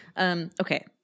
Okay